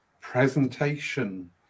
presentation